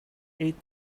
eight